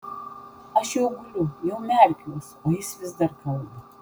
aš jau guliu jau merkiuos o jis vis dar kalba